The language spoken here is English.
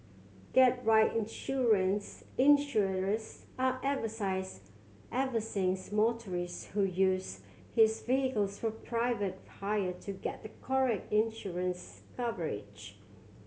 get right insurance Insurers are motorists who use his vehicles for private hire to get the correct insurance coverage